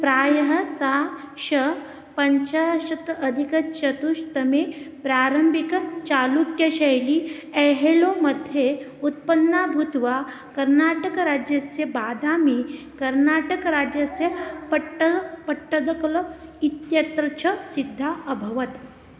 प्रायः सा श पञ्चाशत् अधिकचतुस्तमे प्रारम्भिकचालुक्यशैली एहेलो मध्ये उत्पन्ना भूत्वा कर्नाटकराज्यस्य बादामि कर्नाटकराज्यस्य पट्ट पट्टदकल्लु इत्यत्र च सिद्धा अभवत्